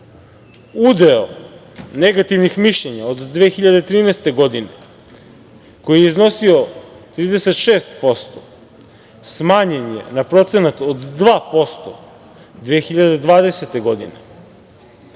negativnih mišljenja od 2013. godine koji je iznosio 36% smanjen je na procenat od 2% 2020. godine.